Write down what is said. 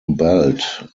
belt